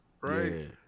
right